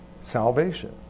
salvation